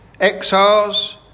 exiles